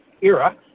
era